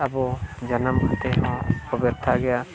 ᱟᱵᱚ ᱡᱟᱱᱟᱢ ᱠᱟᱛᱮᱫ ᱦᱚᱸ ᱵᱮᱨᱛᱷᱟ ᱜᱮᱭᱟ